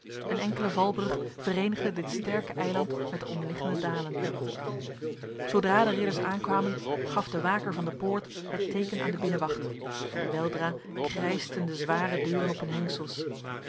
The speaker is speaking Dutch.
een enkele valbrug verenigde dit sterke eiland met de omliggende dalen zodra de ridders aankwamen gaf de waker van de poort het teken aan de binnenwacht en weldra krijsten de zware deuren op hun hangsels